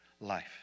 life